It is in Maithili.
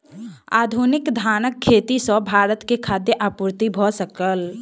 आधुनिक धानक खेती सॅ भारत के खाद्य आपूर्ति भ सकल